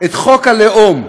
את חוק הלאום.